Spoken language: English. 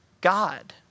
God